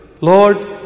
Lord